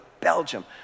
Belgium